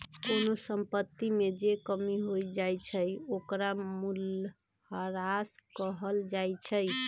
कोनो संपत्ति में जे कमी हो जाई छई ओकरा मूलहरास कहल जाई छई